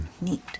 Neat